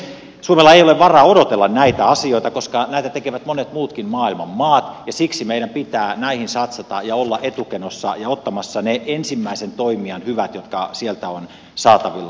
suomella ei ole varaa odotella näitä asioita koska näitä tekevät monet muutkin maailman maat ja siksi meidän pitää näihin satsata ja olla etukenossa ja ottamassa ne ensimmäisen toimijan hyvät jotka sieltä on saatavilla